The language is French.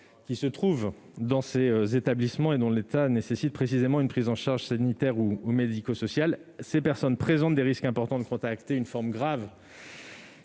qui se trouvent dans les établissements de santé et dont l'état nécessite une prise en charge sanitaire ou médico-sociale. Ces personnes présentent des risques importants de contracter une forme grave